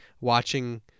watching